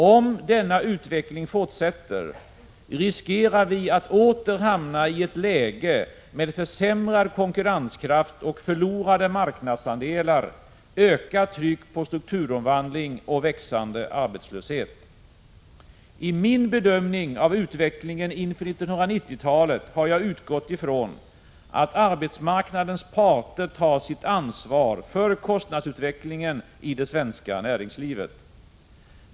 Om denna utveckling fortsätter, riskerar vi att åter hamna i ett läge med försämrad konkurrenskraft och förlorade marknadsandelar, ökat tryck på strukturomvandling och växande arbetslöshet. I min bedömning av utvecklingen inför 1990-talet har jag utgått ifrån att arbetsmarknadens parter tar sitt ansvar för kostnadsutvecklingen i det svenska näringslivet.